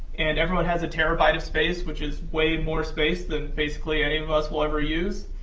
and everyone has a terabyte of space, which is way more space than basically any of us will ever use,